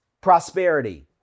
prosperity